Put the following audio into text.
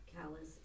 callous